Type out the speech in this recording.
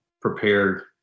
prepared